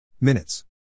minutes